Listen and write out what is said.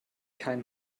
kein